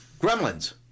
Gremlins